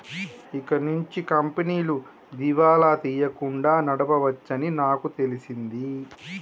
ఇకనుంచి కంపెనీలు దివాలా తీయకుండా నడవవచ్చని నాకు తెలిసింది